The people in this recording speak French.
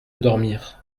dormir